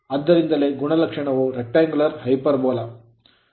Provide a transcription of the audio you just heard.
ಆದ್ದರಿಂದಲೇ ಗುಣಲಕ್ಷಣವು rectangular hyperbola ಆಯತಾಕಾರದ ಹೈಪರ್ ಬೋಲಾದಂತೆ ಕಾಣುತ್ತದೆ